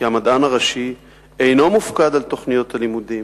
המדען הראשי אינו מופקד על תוכניות הלימודים,